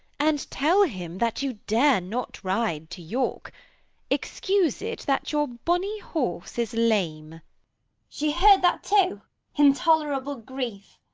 and tell him, that you dare not ride to york excuse it that your bonny horse is lame she heard that too intolerable grief!